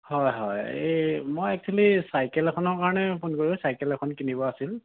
হয় হয় এই মই এক্সোৱেলী চাইকেল এখনৰ কাৰণে ফোন কৰিলোঁ চাইকেল এখন কিনিব আছিল